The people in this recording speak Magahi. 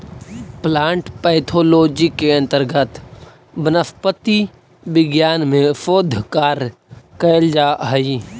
प्लांट पैथोलॉजी के अंतर्गत वनस्पति विज्ञान में शोध कार्य कैल जा हइ